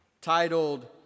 titled